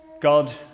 God